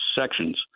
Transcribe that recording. sections